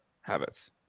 habits